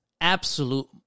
absolute